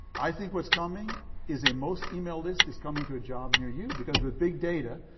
i think what's coming is a most emailed list is coming to a job near you because with big data.